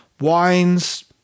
wines